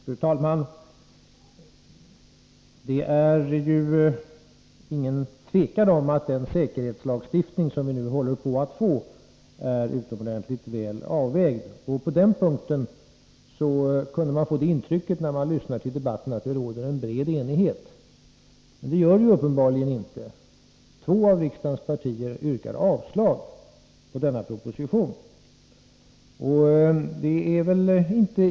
Fru talman! Det råder inget tvivel om att den säkerhetslagstiftning som vi nu håller på att få är utomordentligt väl avvägd. Den som har lyssnat till debatten här kan få ett intryck av att det råder bred enighet på den punkten. Men det gör det uppenbarligen inte. Två av riksdagens partier yrkar avslag på propositionen i den delen.